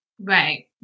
Right